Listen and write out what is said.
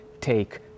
take